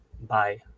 bye